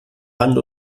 hand